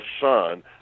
son